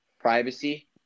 privacy